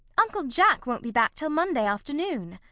uncle jack won't be back till monday afternoon.